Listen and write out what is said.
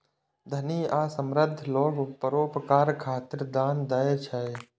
धनी आ समृद्ध लोग परोपकार खातिर दान दै छै